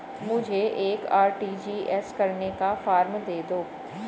मुझे एक आर.टी.जी.एस करने का फारम दे दो?